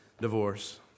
divorce